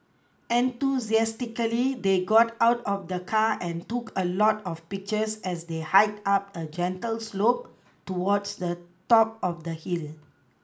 enthusiastically they got out of the car and took a lot of pictures as they hiked up a gentle slope towards the top of the hill